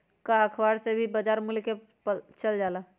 का अखबार से भी बजार मूल्य के पता चल जाला?